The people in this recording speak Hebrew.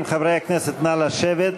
חברי הכנסת, נא לשבת.